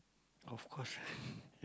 of course ah